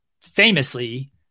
Famously